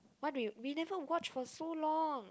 what do you we never watch for so long